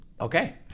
Okay